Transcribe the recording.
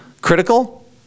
critical